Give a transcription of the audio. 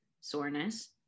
soreness